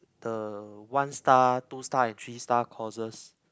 the one star two star and three star courses